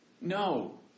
No